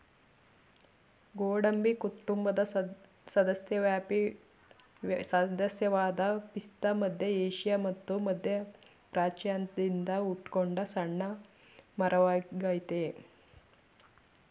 ಗೋಡಂಬಿ ಕುಟುಂಬದ ಸದಸ್ಯವಾದ ಪಿಸ್ತಾ ಮಧ್ಯ ಏಷ್ಯಾ ಮತ್ತು ಮಧ್ಯಪ್ರಾಚ್ಯದಿಂದ ಹುಟ್ಕೊಂಡ ಸಣ್ಣ ಮರವಾಗಯ್ತೆ